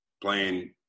playing